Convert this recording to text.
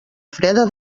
freda